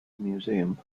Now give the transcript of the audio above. museum